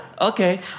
Okay